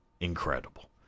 Incredible